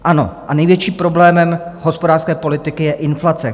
Ano, a největším problémem hospodářské politiky je inflace.